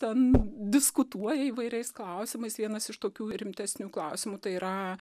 ten diskutuoja įvairiais klausimais vienas iš tokių rimtesnių klausimų tai yra